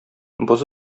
боз